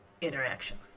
interaction